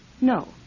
No